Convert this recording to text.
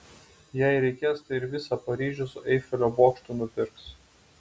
jei reikės tai ir visą paryžių su eifelio bokštu nupirks